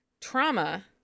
trauma